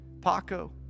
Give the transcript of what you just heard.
Paco